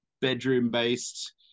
bedroom-based